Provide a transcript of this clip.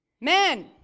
Men